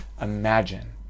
imagine